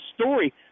story